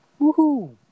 Woohoo